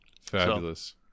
Fabulous